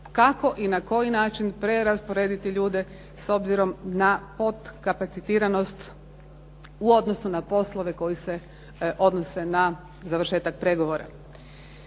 kako i na koji način prerasporediti ljude, s obzirom na podkapacitiranost u odnosu na poslove koji se odnose na završetak pregovora.